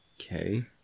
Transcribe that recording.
Okay